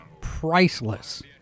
priceless